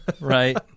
Right